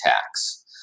tax